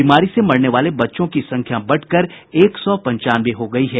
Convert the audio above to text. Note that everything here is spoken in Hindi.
बीमारी से मरने वाले बच्चों की संख्या बढ़कर एक सौ पंचानवे हो गयी है